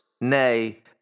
Nay